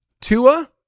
Tua